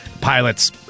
Pilots